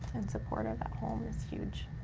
and supportive at home is huge.